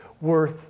worth